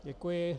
Děkuji.